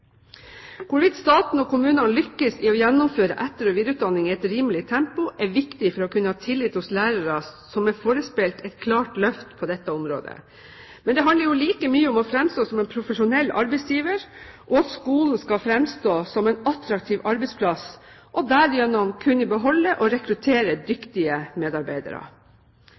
Hvorvidt staten og kommunene lykkes i å gjennomføre etter- og videreutdanning i et rimelig tempo, er viktig for å kunne ha tillit hos lærerne som er forespeilet et klart løft på dette området. Men det handler like mye om å fremstå som en profesjonell arbeidsgiver og at skolen skal fremstå som en attraktiv arbeidsplass, og gjennom det kunne beholde og rekruttere dyktige medarbeidere.